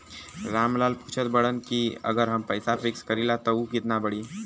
राम लाल पूछत बड़न की अगर हम पैसा फिक्स करीला त ऊ कितना बड़ी?